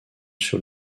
sur